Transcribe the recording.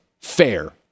Fair